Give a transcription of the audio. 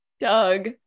Doug